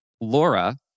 Laura